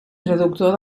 traductor